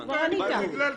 זה עניין עונתי וספורט זה